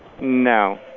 No